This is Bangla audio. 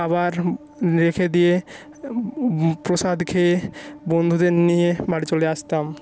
আবার রেখে দিয়ে প্রসাদ খেয়ে বন্ধুদের নিয়ে বাড়ি চলে আসতাম